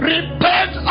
Repent